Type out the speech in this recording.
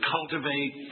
cultivate